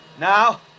Now